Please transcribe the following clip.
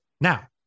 now